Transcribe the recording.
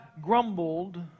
grumbled